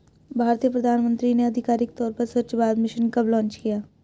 भारतीय प्रधानमंत्री ने आधिकारिक तौर पर स्वच्छ भारत मिशन कब लॉन्च किया?